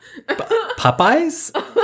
Popeyes